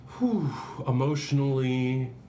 emotionally